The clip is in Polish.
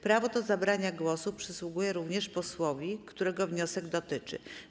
Prawo do zabrania głosu przysługuje również posłowi, którego wniosek dotyczy.